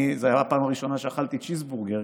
זו הייתה הפעם הראשונה שאכלתי צ'יזבורגר,